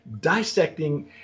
dissecting